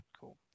cool